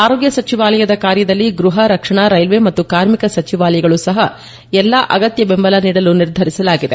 ಆರೋಗ್ಯ ಸಚಿವಾಲಯದ ಕಾರ್ಯದಲ್ಲಿ ಗೃಹ ರಕ್ಷಣಾ ರೈಲ್ವೆ ಮತ್ತು ಕಾರ್ಮಿಕ ಸಚಿವಾಲಯಗಳು ಸಹ ಎಲ್ಲ ಅಗತ್ಯ ಬೆಂಬಲ ನೀಡಲು ನಿರ್ಧರಿಸಲಾಗಿದೆ